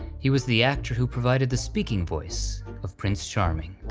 he was the actor who provided the speaking voice of prince charming.